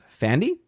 Fandy